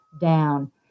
down